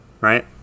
right